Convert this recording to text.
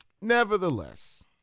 Nevertheless